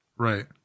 Right